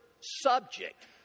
subject